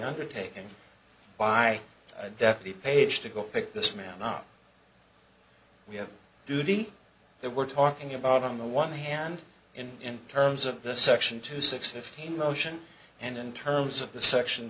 undertaken by death of the page to go pick this man up we have a duty that we're talking about on the one hand in terms of the section two six fifteen motion and in terms of the section